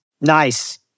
Nice